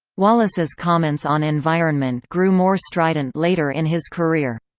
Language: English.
wallace's comments on environment grew more strident later in his career.